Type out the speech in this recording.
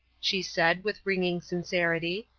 she said, with ringing sincerity.